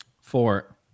Four